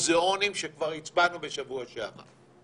המוזיאונים שכבר הצבענו בשבוע שעבר.